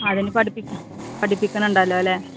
അതിന് പഠിപ്പിക്ക പഠിപ്പിക്കുന്നുണ്ടല്ലോ അല്ലേ